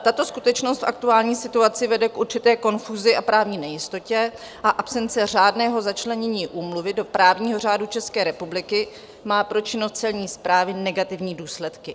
Tato skutečnost v aktuální situaci vede k určité konfuzi a právní nejistotě a absence řádného začlenění úmluvy do právního řádu České republiky má pro činnost celní správy negativní důsledky.